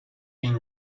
been